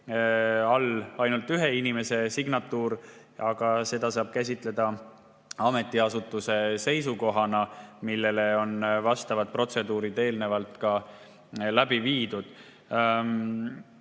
all ainult ühe inimese signatuur, aga seda saab käsitleda ametiasutuse seisukohana, millele eelnevalt on vastavad protseduurid läbi viidud.